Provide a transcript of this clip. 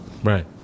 Right